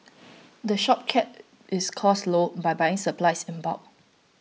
the shop keeps its costs low by buying its supplies in bulk